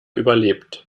überlebt